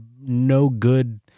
no-good